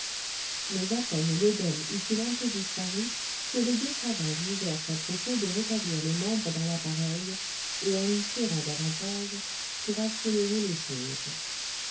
mais à peine l'oedème eut-il un peu disparu que les deux savants jugèrent à propos de rétablir le membre dans l'appareil et en l'y serrant davantage pour accélérer les choses